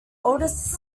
oldest